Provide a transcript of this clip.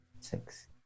six